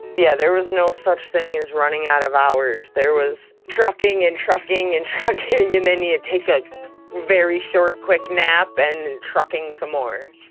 yeah. there was no such thing as running out of hours. there was trucking and trucking and trucking and then you'd needa take a very short, quick nap and trucking some more.